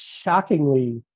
shockingly